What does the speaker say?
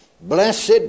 blessed